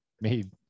made